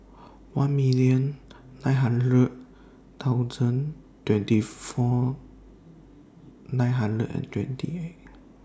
one million nine hundred thousand twenty four nine hundred and twenty eight